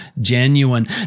genuine